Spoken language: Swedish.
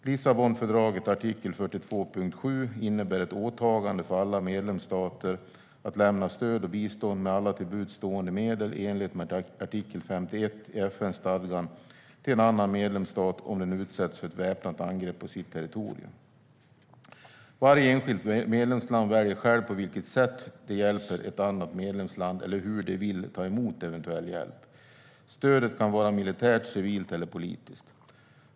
Lissabonfördragets artikel 42.7 innebär ett åtagande för alla medlemsstater att lämna stöd och bistånd med alla till buds stående medel i enlighet med artikel 51 i FN-stadgan till en annan medlemsstat om den utsätts för ett väpnat angrepp på sitt territorium. Varje enskilt medlemsland väljer självt på vilket sätt det hjälper ett annat medlemsland eller hur det vill ta emot eventuell hjälp. Stödet kan vara militärt, civilt eller politiskt.